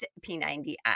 P90X